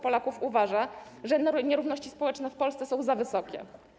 Polaków uważa, że nierówności społeczne w Polsce są za wysokie.